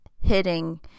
hitting